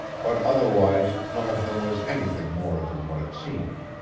but otherwise none of them was anything more than what it seemed.